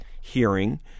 hearing